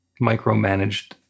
micromanaged